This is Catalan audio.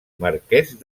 marquès